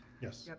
yes. yep.